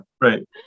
Right